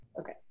Okay